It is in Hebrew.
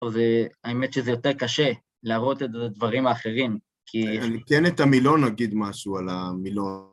אז האמת שזה יותר קשה להראות את הדברים האחרים, כי... ניתן את המילון להגיד משהו על המילון.